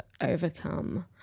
overcome